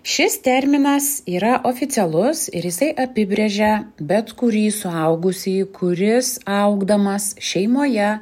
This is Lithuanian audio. šis terminas yra oficialus ir jisai apibrėžia bet kurį suaugusįjį kuris augdamas šeimoje